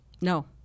no